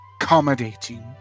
accommodating